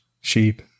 Sheep